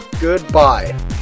Goodbye